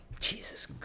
Jesus